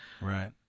Right